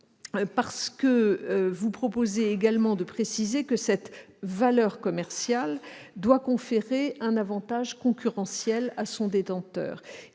auteurs proposent en effet de préciser que cette valeur commerciale doit conférer un avantage concurrentiel à son détenteur.